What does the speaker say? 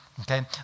Okay